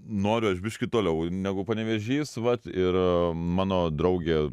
noriu aš biškį toliau negu panevėžys vat ir mano draugė